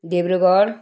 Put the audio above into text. Dibrugarh